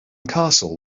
castle